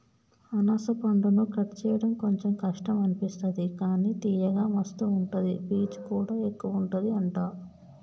అనాస పండును కట్ చేయడం కొంచెం కష్టం అనిపిస్తది కానీ తియ్యగా మస్తు ఉంటది పీచు కూడా ఎక్కువుంటది అంట